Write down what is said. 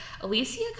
alicia